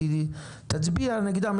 תצביע נגדם.